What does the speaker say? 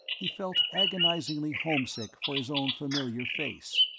he felt agonizingly homesick for his own familiar face.